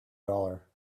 dollar